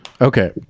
Okay